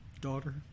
daughter